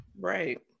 right